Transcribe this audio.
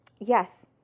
yes